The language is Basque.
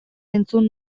entzun